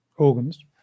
organs